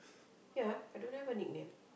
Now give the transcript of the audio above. ya I don't have a nickname